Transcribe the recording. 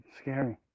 Scary